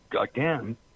Again